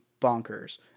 bonkers